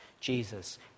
Jesus